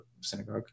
synagogue